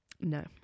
no